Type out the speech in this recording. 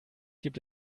gibt